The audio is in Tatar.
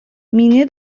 мине